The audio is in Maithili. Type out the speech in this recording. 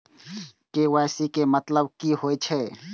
के.वाई.सी के मतलब कि होई छै?